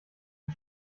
die